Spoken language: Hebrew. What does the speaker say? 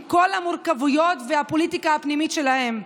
עם כל המורכבויות והפוליטיקה הפנימית שלהם.